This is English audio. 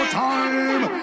time